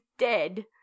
dead